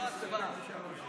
עומדות לרשותך עד עשר דקות,